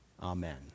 Amen